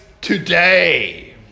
today